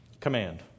Command